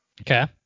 Okay